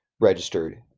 registered